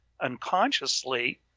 unconsciously